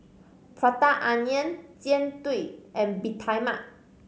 Prata Onion Jian Dui and Bee Tai Mak